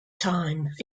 times